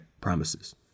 promises